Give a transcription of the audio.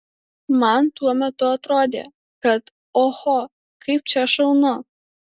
man tuo metu atrodė kad oho kaip čia šaunu